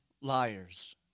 liars